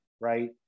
right